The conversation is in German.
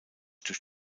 durch